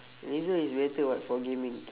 razer is better [what] for gaming